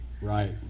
right